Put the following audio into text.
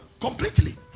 completely